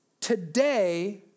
Today